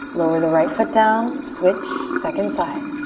lower the right foot down. switch, second side.